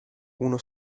uno